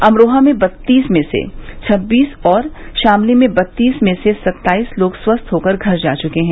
अमरोहा में बत्तीस में से छब्बीस और शामली में बत्तीस में से सत्ताईस लोग स्वस्थ होकर घर जा चुके हैं